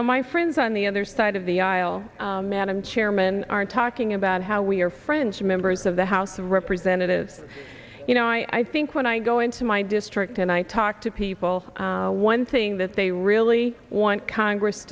know my friends on the other side of the aisle madam chairman aren't talking about how we're friends members of the house of representatives you know i think when i go into my district and i talk to people one thing that they really want congress